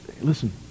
listen